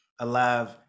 alive